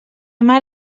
mar